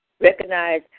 recognize